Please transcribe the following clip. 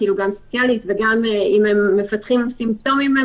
גם סוציאלית וגם אם הם מפתחים סימפטומים אז